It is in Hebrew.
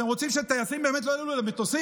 אתם רוצים שהטייסים באמת לא יעלו למטוסים?